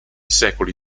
secoli